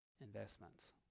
investments